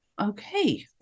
Okay